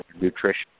nutrition